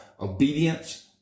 obedience